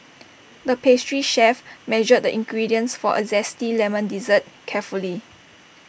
the pastry chef measured the ingredients for A Zesty Lemon Dessert carefully